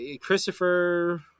Christopher